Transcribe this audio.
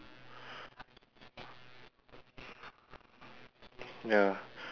ya